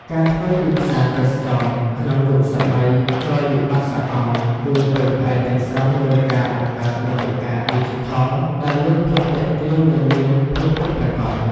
ការធ្វើទីផ្សារទេសចរណ៍ក្នុងយុគសម័យក្រោយវិបត្តិសកល គឺពឹងផ្អែកទាំងស្រុងលើការបង្កើតមាតិកាឌីជីថលដែលមានភាពទាក់ទាញ និងមានភាពពិតប្រាកដ។